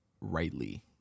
rightly